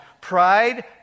pride